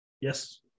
yes